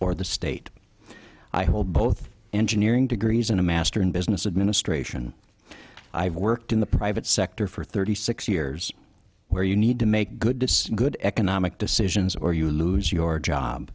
the state i hold both engineering degrees and a master in business administration i've worked in the private sector for thirty six years where you need to make good good economic decisions or you lose your